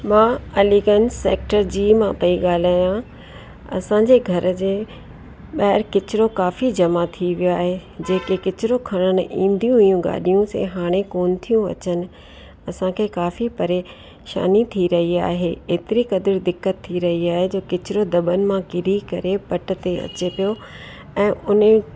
मां अलीगंज सेक्टर जी मां पयी ॻाल्हायां असांजे घर जे ॿाहिरि कचिरो काफ़ी जमा थी वियो आहे जेके कचिरो खणणु ईंदी हुयूं गाॾियूं से हाणे कोन थियूं अचनि असांखे काफ़ी परेशानी थी रयही आहे एतिरी क़दुर दिक़त थी रही आहे जोकि कचिरो दबनि मां किरी करे पट ते अचे पियो ऐं उन